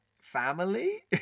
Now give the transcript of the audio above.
family